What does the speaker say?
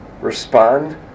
respond